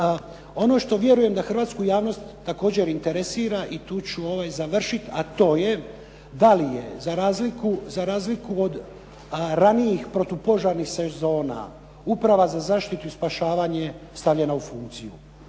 Ono što vjerujem da hrvatsku javnost također interesira i tu ću završiti, a to je da li je za razliku od ranijih protupožarnih sezona Uprava za zaštitu i spašavanje stavljena u funkciju?